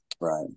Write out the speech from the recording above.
Right